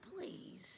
please